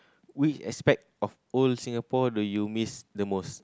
which aspect of old Singapore do you miss the most